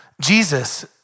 Jesus